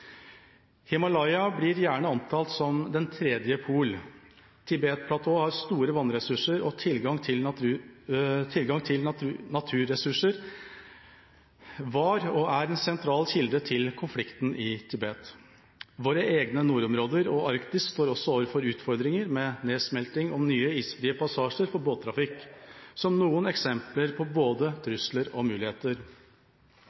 Himalaya blir gjerne omtalt som den tredje pol. Tibetplatået har store vannressurser, og tilgang til naturressurser var og er en sentral kilde til konflikten i Tibet. Våre egne nordområder og Arktis står også overfor utfordringer med nedsmelting og nye isfrie passasjer for båttrafikk som noen eksempler på både